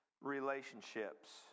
relationships